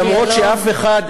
גם אם אף אחד,